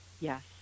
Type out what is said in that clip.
Yes